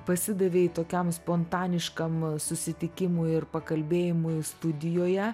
pasidavei tokiam spontaniškam susitikimui ir pakalbėjimui studijoje